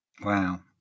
wow